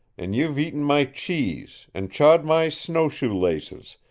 and you've eaten my cheese, and chawed my snowshoe laces,